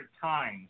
times